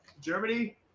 Germany